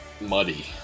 muddy